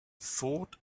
thought